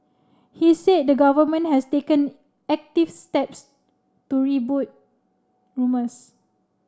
he said the Government has taken active steps to rebut rumours